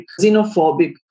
xenophobic